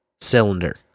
cylinder